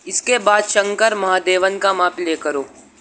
اس کے بعد شنکر مہادیون کا ماں پلے کرو